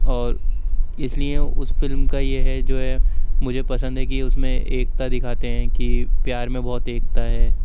اور اس لیے اس فلم کا یہ ہے جو ہے مجھے پسند ہے کہ اس میں ایکتا دکھاتے ہیں کہ پیار میں بہت ایکتا ہے